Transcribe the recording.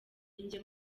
ninjye